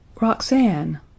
Roxanne